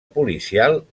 policial